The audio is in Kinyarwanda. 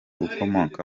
ukomoka